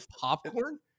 popcorn